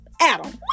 Adam